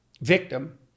victim